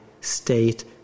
state